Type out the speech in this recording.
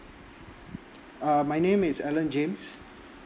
uh my name is alan james